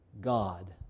God